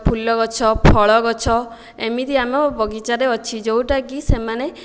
ଫୁଲ ଗଛ ଫଳ ଗଛ ଏମିତି ଆମ ବଗିଚାରେ ଅଛି ଯେଉଁଟାକି ସେମାନେ